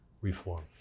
reform